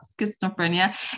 schizophrenia